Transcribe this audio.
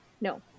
No